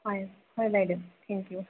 হয় হয় বাইদেউ থেংক ইউ